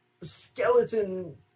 skeleton